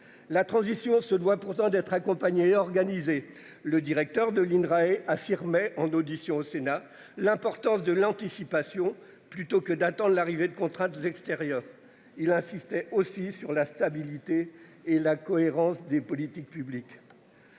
La transition se doit pourtant d'être accompagné et organisé le directeur de l'INRAE affirmait en audition au Sénat l'importance de l'anticipation, plutôt que d'attendre l'arrivée de contrat extérieur. Il a insisté aussi sur la stabilité et la cohérence des politiques publiques.